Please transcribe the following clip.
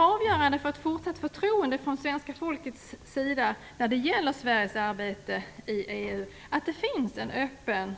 Avgörande för ett fortsatt förtroende från svenska folkets sida när det gäller Sveriges arbete i EU är alltså att det finns en öppen